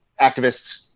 activists